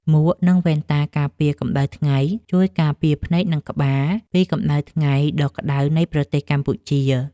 មួក និងវ៉ែនតាការពារកម្ដៅថ្ងៃ ជួយការពារភ្នែក និងក្បាលពីកម្ដៅថ្ងៃដ៏ក្ដៅនៃប្រទេសកម្ពុជា។